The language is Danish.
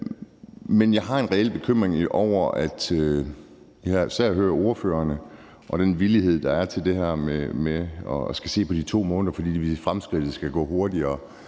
Men jeg har en reel bekymring over det, jeg især hører ordførerne sige, altså den villighed, der er til det her med at skulle se på de 2 måneder, fordi fremskridtet skal gå hurtigere.